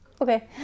okay